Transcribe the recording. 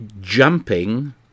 Jumping